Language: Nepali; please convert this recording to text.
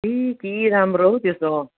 ए के राम्रो हौ त्यो त